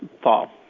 fall